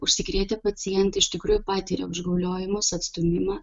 užsikrėtę pacientai iš tikrųjų patiria užgauliojimus atstūmimą